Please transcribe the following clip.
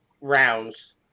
rounds